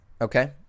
okay